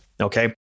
Okay